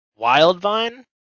Wildvine